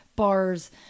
bars